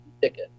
Ticket